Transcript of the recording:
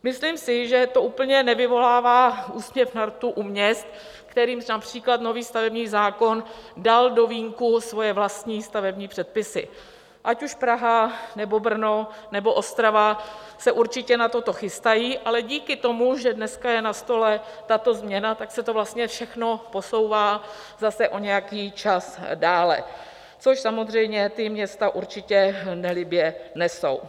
Myslím si, že to úplně nevyvolává úsměv na rtu u měst, kterým například nový stavební zákon dal do vínku svoje vlastní stavební předpisy, ať už Praha, nebo Brno nebo Ostrava se určitě na toto chystají, ale díky tomu, že dneska je na stole tato změna, tak se to vlastně všechno posouvá zase o nějaký čas dále, což samozřejmě ta města určitě nelibě nesou.